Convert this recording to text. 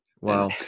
Wow